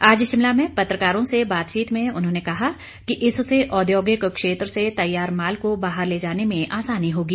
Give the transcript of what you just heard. आज शिमला में पत्रकारों से बातचीत में उन्होंने कहा कि इससे औद्योगिक क्षेत्र से तैयार माल को बाहर ले जाने में आसानी होगी